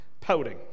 pouting